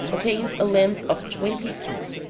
attains a length of twenty feet.